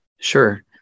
Sure